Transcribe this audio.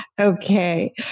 Okay